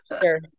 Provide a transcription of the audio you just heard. Sure